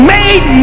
made